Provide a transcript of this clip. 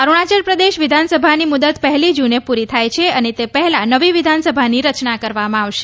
અરૂણાચલ પ્રદેશ વિધાનસભાની મુદ્દત પહેલી જૂને પૂરી થયા છે અને તે પહેલાં નવી વિધાનસભાની રચના કરવામાં આવશે